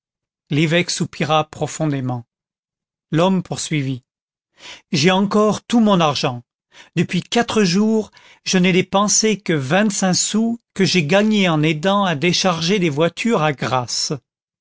l'évêque soupira profondément l'homme poursuivit j'ai encore tout mon argent depuis quatre jours je n'ai dépensé que vingt-cinq sous que j'ai gagnés en aidant à décharger des voitures à grasse